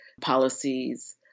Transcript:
policies